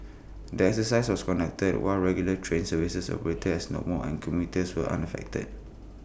the exercise was conducted while regular train services operated as normal and commuters were unaffected